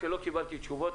כשלא קיבלתי תשובות,